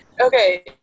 Okay